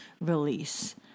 release